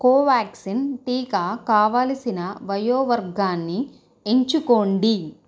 కోవాక్సిన్ టీకా కావలసిన వయో వర్గాన్ని ఎంచుకోండి